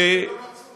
הם לא רצו.